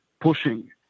pushing